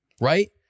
right